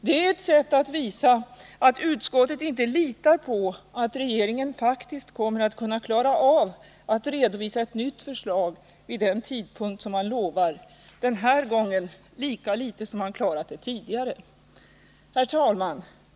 Det är ett sätt att visa att utskottet inte litar på att regeringen faktiskt kommer att kunna klara av att redovisa ett nytt förslag vid den tidpunkt som man lovar, den här gången lika litet som man klarat det tidigare. Herr talman!